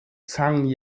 zhang